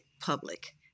public